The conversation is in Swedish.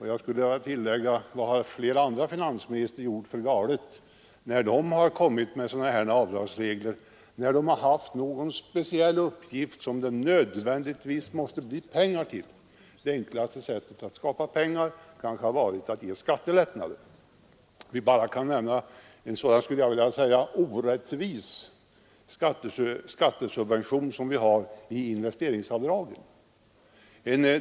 Jag skulle vilja tillägga: Vad har flera andra finansministrar gjort för galet när de kommit med avdragsregler för bidrag till ändamål som man nödvändigtvis måste skaffa pengar till? Det enklaste sättet att skapa pengar kanske hade varit att bevilja skattelättnader. Vi kan bara nämna en sådan orättvis skattesubvention som vi har i investeringsavdragen.